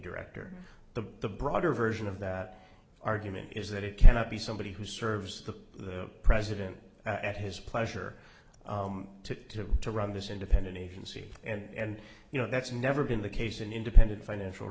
director to the broader version of that argument is that it cannot be somebody who serves the the president at his pleasure to have to run this independent agency and you know that's never been the case an independent financial